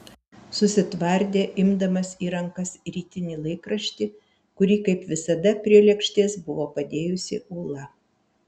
susitvardė imdamas į rankas rytinį laikraštį kurį kaip visada prie lėkštės buvo padėjusi ūla